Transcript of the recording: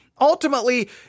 ultimately